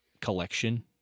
collection